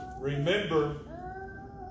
Remember